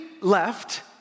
left